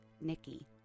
nikki